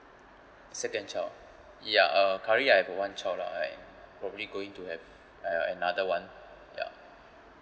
second child ya uh currently I'm have a one child lah I probably going to have uh another [one] ya